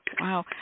Wow